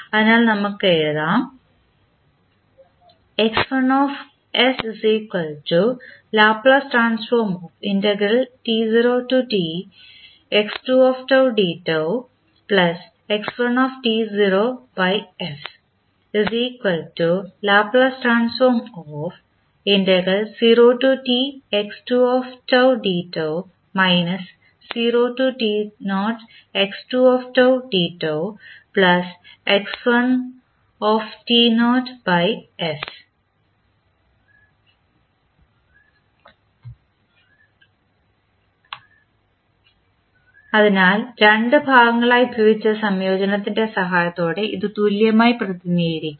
അതിനാൽ നമുക്ക് എഴുതാം അതിനാൽ രണ്ട് ഭാഗങ്ങളായി വിഭജിച്ച സംയോജനത്തിൻറെ സഹായത്തോടെ ഇത് തുല്യമായി പ്രതിനിധീകരിക്കാം